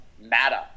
matter